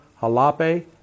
Jalape